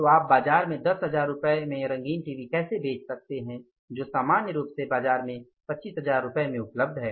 तो आप बाजार में 10000 रुपये में रंगीन टीवी कैसे बेच सकते हैं जो सामान्य रूप से बाजार में 25000 रुपये में उपलब्ध है